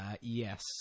Yes